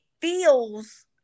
feels